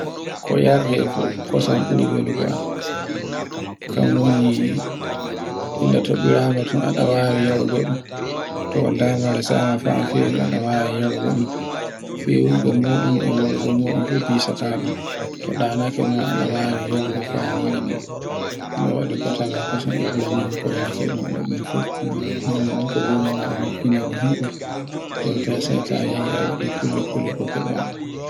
Ko yarta e kosan ɓuri welugo am. Kan woni illa to ɓirama ton ada wawi yargoɗun. To dama resama fafiye yargo ɗum. Fiwogo muɗum e wulugo moɗum fuu bisata ɗun to ɗanake ma ada wawi yargo fani ndin. No waɗi ko tawa kosan e ɓuraniyan ko yarte ɗo ɗun fu. Kuma huna non ko jomirawoo moiinani himbe hewtai sei ta waɗi kulle kulle ko kebaɗun.